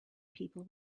people